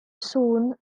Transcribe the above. soon